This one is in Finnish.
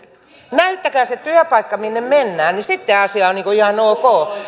näyttäkää se työpaikka minne mennään niin sitten asia on ihan ok